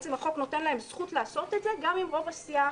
החוק נותן להם זכות לעשות את זה גם אם רוב הסיעה